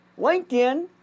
LinkedIn